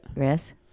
Yes